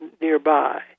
nearby